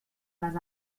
les